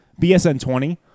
BSN20